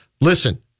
Listen